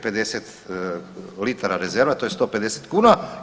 50 litara rezervoar to je 150 kuna.